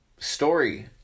Story